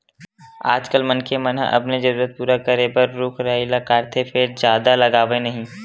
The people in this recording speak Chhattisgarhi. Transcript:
आजकाल मनखे मन ह अपने जरूरत पूरा करे बर रूख राई ल काटथे फेर जादा लगावय नहि